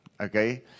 okay